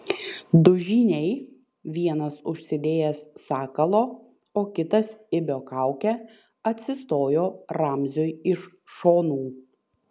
du žyniai vienas užsidėjęs sakalo o kitas ibio kaukę atsistojo ramziui iš šonų